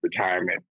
retirement